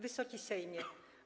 Wysoki Sejmie!